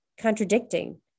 contradicting